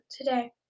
today